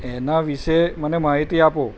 એના વિશે મને માહિતી આપો